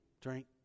drink